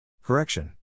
Correction